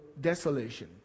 desolation